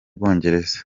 bwongereza